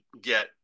get